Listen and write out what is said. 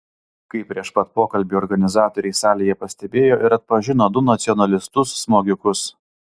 kaip prieš pat pokalbį organizatoriai salėje pastebėjo ir atpažino du nacionalistus smogikus